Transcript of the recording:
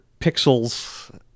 Pixels